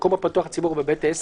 במקום הפתוח לציבור בבית העסק,